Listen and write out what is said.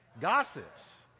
gossips